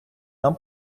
нам